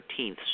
13th